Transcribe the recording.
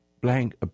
blank